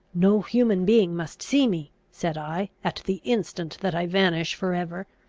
no human being must see me, said i, at the instant that i vanish for ever.